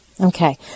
Okay